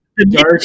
Dark